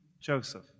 Joseph